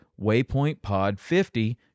WaypointPod50